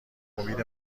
امید